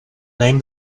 name